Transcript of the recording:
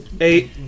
Eight